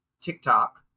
TikTok